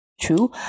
true